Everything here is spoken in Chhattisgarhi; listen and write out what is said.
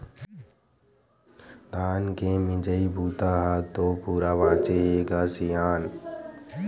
धान के मिजई बूता ह तो पूरा बाचे हे ग सियान